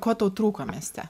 ko tau trūko mieste